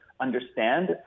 understand